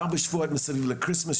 ארבע שבועות סביב כריסטמס,